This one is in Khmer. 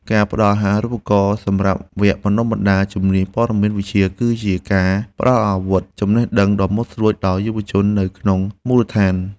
ការផ្តល់អាហារូបករណ៍សម្រាប់វគ្គបណ្តុះបណ្តាលជំនាញព័ត៌មានវិទ្យា គឺជាការផ្តល់អាវុធចំណេះដឹងដ៏មុតស្រួចដល់យុវជននៅក្នុងមូលដ្ឋាន។